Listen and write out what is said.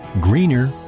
greener